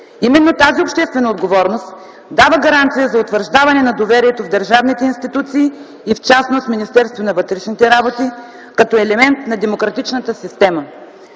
Именно тази обществена отговорност дава гаранция за утвърждаване на доверието в държавните институции и в частност Министерство на вътрешните работи като елемент на демократичната система.